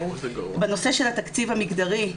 בנושא של התקציב המגדרי,